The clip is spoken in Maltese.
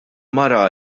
mara